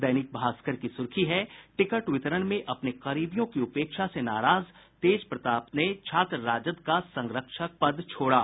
दैनिक भास्कर की सुर्खी है टिकट वितरण में अपने करीबियों की उपेक्षा से नाराज तेज प्रताप ने छात्र राजद का संरक्षक पद छोड़ा